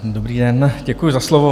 Dobrý den, děkuji za slovo.